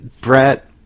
brett